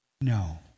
no